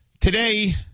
today